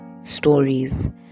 stories